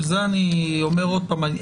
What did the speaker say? בשביל זה אני אומר עוד פעם,